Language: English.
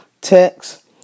text